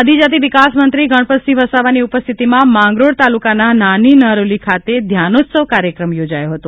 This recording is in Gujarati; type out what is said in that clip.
આદિજાતિ વિકાસમંત્રી ગણપતસિંહ વસાવાની ઉપસ્થિતિમાં માંગરોળ તાલુકાના નાની નરોલી ખાતે ધ્યાનોત્સવ કાર્યક્રમ યોજાયો હતો